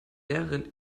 lehrerin